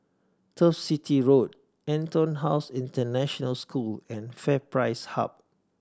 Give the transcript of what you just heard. Turf City Road EtonHouse International School and FairPrice Hub